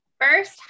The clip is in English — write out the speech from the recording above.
first